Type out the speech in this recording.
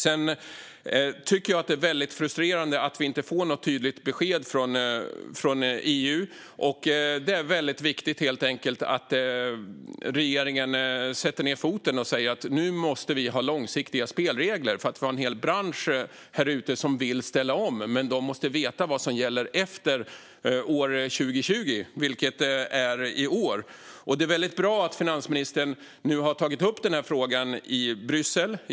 Jag tycker att det är väldigt frustrerande att vi inte får något tydligt besked från EU. Det är helt enkelt väldigt viktigt att regeringen sätter ned foten och säger: Nu måste vi ha långsiktiga spelregler, för vi har en hel bransch här ute som vill ställa om. Branschen måste veta vad som gäller efter år 2020, det vill säga innevarande år. Det är väldigt bra att finansministern nu har tagit upp den här frågan i Bryssel.